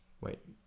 wait